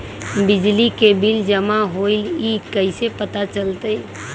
बिजली के बिल जमा होईल ई कैसे पता चलतै?